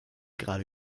gerade